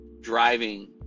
driving